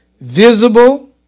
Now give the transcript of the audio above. Visible